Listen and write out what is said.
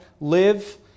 live